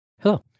Hello